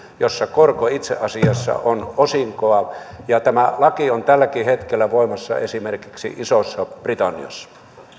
jossa korko itse asiassa on osinkoa tämä laki on tälläkin hetkellä voimassa esimerkiksi isossa britanniassa